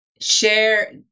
share